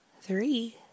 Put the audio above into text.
three